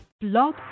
Blog